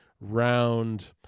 round